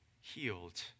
healed